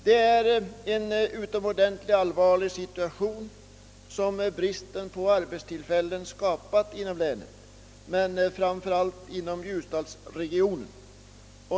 Det är en utomordentligt allvarlig situation som bristen på arbetstillfällen inom länet har skapat, framför allt inom ljusdalsregionen.